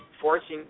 forcing